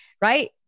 right